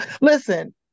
Listen